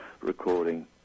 recording